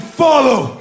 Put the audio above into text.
follow